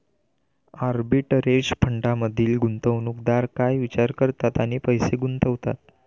Arbitrage फंडांमधील गुंतवणूकदार काय विचार करतात आणि पैसे गुंतवतात?